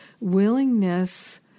Willingness